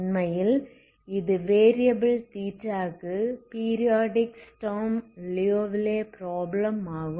உண்மையில் இது வேரியபில் க்கு பீரியாடிக் ஸ்டர்ம் லியோவிலே ப்ராப்ளம் ஆகும்